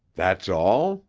that's all?